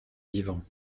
vivant